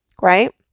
right